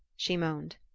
she moaned.